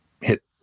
hit